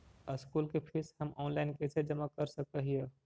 School के fees हम online कैसे जमा कर सक हिय?